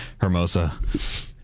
Hermosa